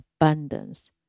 abundance